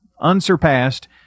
unsurpassed